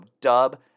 dub